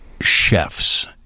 chefs